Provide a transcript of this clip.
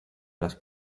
las